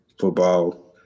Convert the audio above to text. football